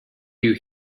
you